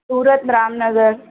Surat Ramnagar